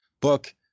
book